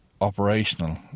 operational